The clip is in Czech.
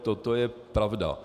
Toto je pravda.